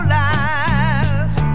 lies